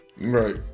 Right